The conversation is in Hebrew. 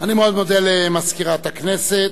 אריה אלדד, יוחנן פלסנר,